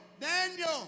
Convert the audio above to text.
Daniel